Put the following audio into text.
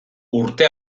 urte